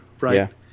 right